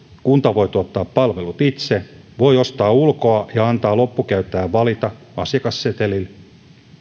kunta voi tuottaa palvelut itse voi ostaa ulkoa ja antaa loppukäyttäjän valita asiakassetelin